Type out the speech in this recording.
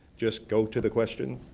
just go to the question.